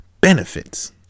benefits